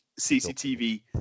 CCTV